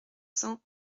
cents